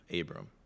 Abram